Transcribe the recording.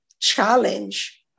challenge